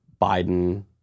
Biden